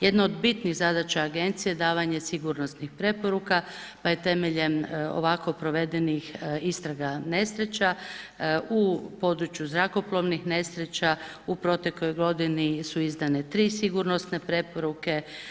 Jedna od bitnih zadaća agencije je davanje sigurnosnih preporuka pa je temeljem ovako provedenih istraga nesreća u području zrakoplovnih nesreća u protekloj godini su izdane 3 sigurnosne preporuke.